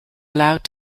allowed